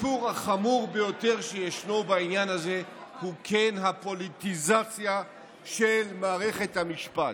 הסיפור החמור ביותר שישנו בעניין הזה הוא הפוליטיזציה של מערכת המשפט.